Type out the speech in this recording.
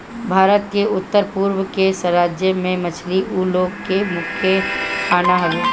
भारत के उत्तर पूरब के राज्य में मछली उ लोग के मुख्य खाना हवे